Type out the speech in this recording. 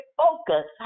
focus